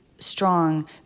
strong